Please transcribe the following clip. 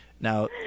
Now